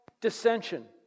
dissension